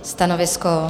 Stanovisko?